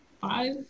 five